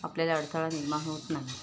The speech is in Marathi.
आपल्याला अडथळा निर्माण होत नाही